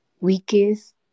weakest